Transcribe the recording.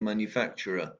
manufacturer